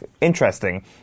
Interesting